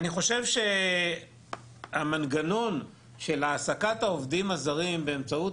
אני חושב שהמנגנון של העסקת העובדים הזרים באמצעות